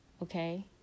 Okay